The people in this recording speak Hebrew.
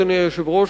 אדוני היושב-ראש,